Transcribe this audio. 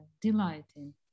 delighting